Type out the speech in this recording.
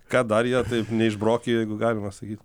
ką dar jie taip neišbrokė jeigu galima sakyt